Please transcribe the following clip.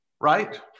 Right